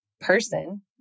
person